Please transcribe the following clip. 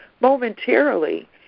momentarily